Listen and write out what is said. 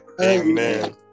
Amen